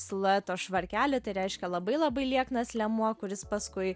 silueto švarkelį tai reiškia labai labai lieknas liemuo kuris paskui